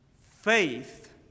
faith